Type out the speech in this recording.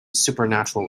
supernatural